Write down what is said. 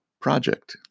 project